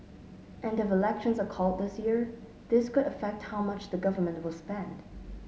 and if elections are called this year this could affect how much the Government will spend